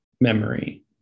memory